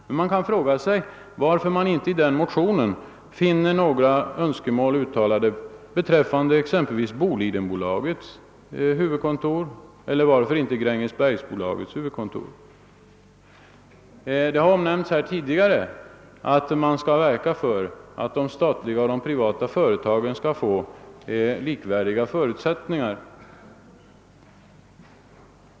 Men man kan undra varför det inte där uttalas några önskemål beträffande exempelvis Bolidenbolagets eller, varför inte, Grängesbergsbolagets huvudkontor. Det har tidigare under debatten sagts att vi skall verka för att statliga och privata företag får likvärdiga förutsättningar.